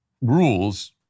rules